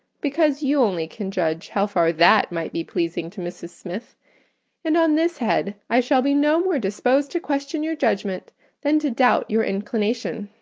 because you only can judge how far that might be pleasing to mrs. smith and on this head i shall be no more disposed to question your judgment than to doubt your inclination.